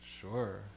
Sure